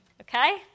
Okay